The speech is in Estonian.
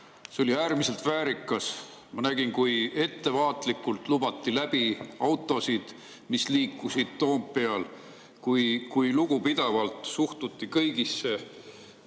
See oli äärmiselt väärikas. Ma nägin, kui ettevaatlikult lubati läbi autosid, mis liikusid Toompeal, kui lugupidavalt suhtuti kõigisse,